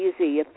easy